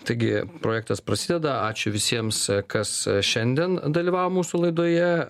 taigi projektas prasideda ačiū visiems kas šiandien dalyvavo mūsų laidoje